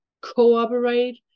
cooperate